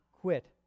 quit